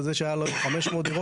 וזה שהיה לו 500 דירות,